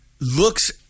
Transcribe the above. Looks